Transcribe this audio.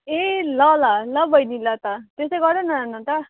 ए ल ल ल बहिनी ल त्यसै गर न अन्त